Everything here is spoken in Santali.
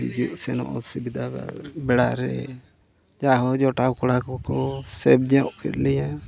ᱦᱤᱡᱩᱜ ᱥᱮᱱᱚᱜ ᱚᱥᱩᱵᱤᱫᱷᱟ ᱵᱮᱲᱟ ᱨᱮ ᱡᱟᱭᱦᱳᱠ ᱡᱚᱴᱟᱣ ᱠᱚᱲᱟ ᱠᱚᱠᱚ ᱥᱮᱵᱷ ᱧᱚᱜ ᱠᱮᱜ ᱞᱮᱭᱟ